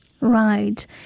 Right